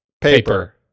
paper